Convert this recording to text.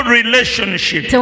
relationship